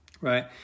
right